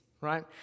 right